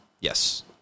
Yes